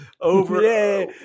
over